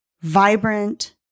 vibrant